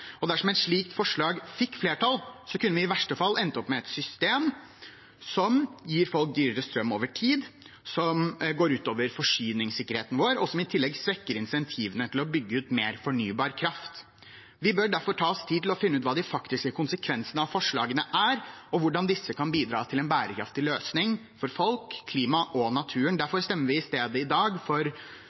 Dersom et slikt forslag fikk flertall, kunne vi i verste fall endt opp med et system som gir folk dyrere strøm over tid, som går ut over forsyningssikkerheten vår, og som i tillegg svekker incentivene til å bygge ut mer fornybar kraft. Vi bør derfor ta oss tid til å finne ut hva de faktiske konsekvensene av forslagene er, og hvordan disse kan bidra til en bærekraftig løsning for folk, klimaet og naturen. Derfor stemmer vi i dag i